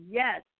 yes